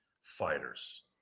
fighters